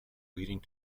leading